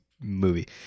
movie